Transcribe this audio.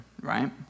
right